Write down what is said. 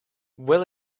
will